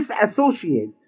disassociate